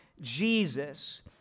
Jesus